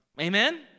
Amen